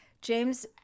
James